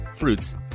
fruits